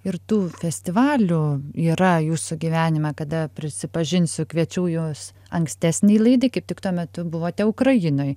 ir tų festivalių yra jūsų gyvenime kada prisipažinsiu kviečiau jus ankstesnei laidai kaip tik tuo metu buvote ukrainoj